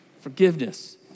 Forgiveness